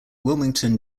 wilmington